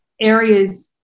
areas